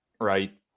right